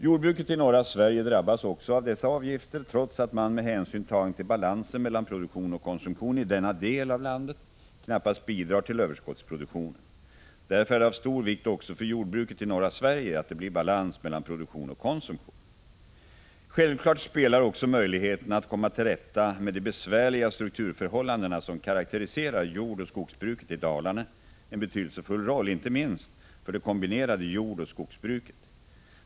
Jordbruket i norra Sverige drabbas också av dessa avgifter trots att man med hänsyn tagen till balansen mellan produktion och konsumtion i denna del av landet knappast bidrar till överskottsproduktionen. Därför är det av stor vikt också för jordbruket i norra Sverige att det blir balans mellan produktion och konsumtion. Självfallet spelar också möjligheterna att komma till rätta med de besvärliga strukturförhållandena som karakteriserar jordoch skogsbruket i Dalarna en betydelsefull roll, inte minst för det kombinerade jordoch skogsbruket.